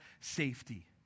safety